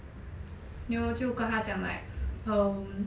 then 我就跟他讲 like um